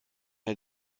der